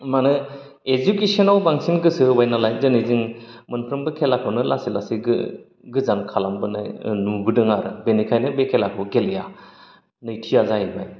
मानो एजुकेशोनाव बांसिन गोसो होबाय नालाय दोनै जों मोनफ्रोबो खेलाखौनो लासै लासै गो गोजान खालामाबोनाय ओ नुबोदों आरो बेनिखायनो बे खेलाखौ गेलेया नैथिया जाहैबाय